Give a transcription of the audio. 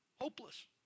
Hopeless